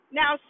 now